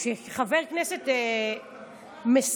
כשחבר כנסת מסיים,